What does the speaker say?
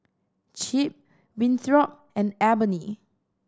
Chip Winthrop and Ebony